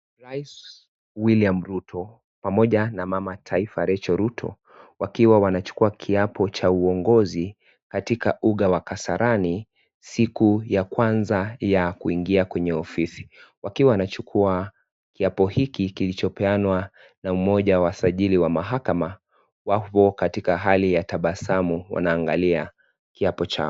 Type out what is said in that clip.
Rais William Ruto pamoja na mama taifa Rachael Ruto wakiwa wanachukua kiapo cha uongozi katika uga wa Kasarani siku ya kwanza ya kuingia kwenye ofisi. Wakiwa wanachukua kiapo hiki kilichopeanwa na mmoja wa wasajili ya mahakama , wako katika hali ya tabasamu wanaangalia kiapo chao.